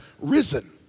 risen